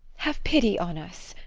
have pity on us.